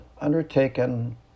undertaken